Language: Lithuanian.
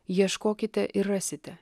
ieškokite ir rasite